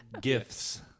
gifts